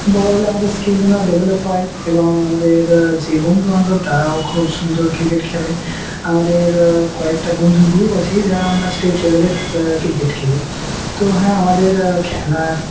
বড় হলে আমাদের স্কিলগুলো ডেভেলপ হয় এবং আমাদের যে বন্ধুবান্ধব তারাও খুব সুন্দর ক্রিকেট খেলে আমাদের কয়েকটা বন্ধুর গ্রুপ আছি যারা আমরা স্টেট লেভেলের ক্রিকেট খেলি তো হ্যাঁ আমাদের খেলার